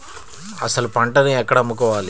అసలు పంటను ఎక్కడ అమ్ముకోవాలి?